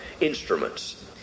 Instruments